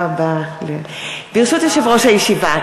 ברשות יושב-ראש הישיבה,